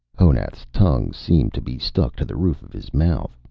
honath's tongue seemed to be stuck to the roof of his mouth.